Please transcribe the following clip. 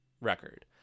record